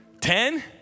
ten